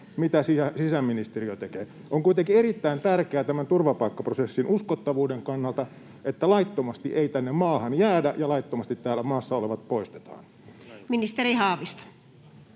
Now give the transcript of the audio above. Mitä sisäministeriö tekee? On kuitenkin erittäin tärkeää tämän turvapaikkaprosessin uskottavuuden kannalta, että laittomasti ei tänne maahan jäädä ja laittomasti täällä maassa olevat poistetaan. Ministeri Haavisto.